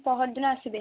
ପହରଦିନ ଆସିବେ